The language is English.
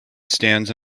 stands